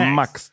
max